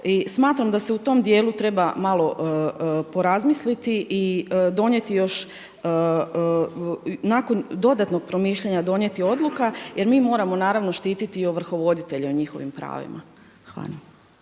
smatram da se u tom dijelu treba malo porazmisliti i donijeti još nakon dodatnog promišljanja donijeti odluka jer mi moramo naravno štititi i ovrhovoditelje u njihovim pravima. Hvala